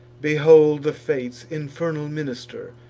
behold the fates' infernal minister!